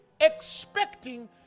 expecting